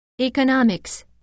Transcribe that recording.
economics